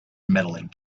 medaling